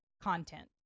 content